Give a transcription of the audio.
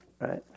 right